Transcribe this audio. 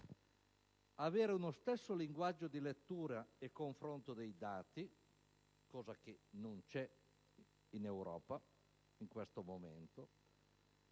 avere uno stesso linguaggio di lettura e confronto dei dati (cosa che non c'è in Europa in questo momento),